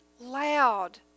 loud